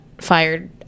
fired